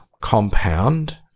compound